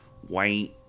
white